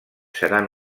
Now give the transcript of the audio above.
seran